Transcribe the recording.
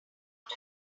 out